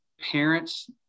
parents